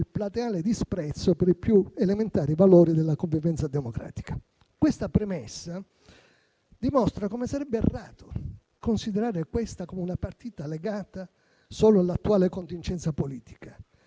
plateale disprezzo per i più elementari valori della convivenza democratica. Detta premessa dimostra come sarebbe errato considerare questa come una partita legata solo all'attuale contingenza politica.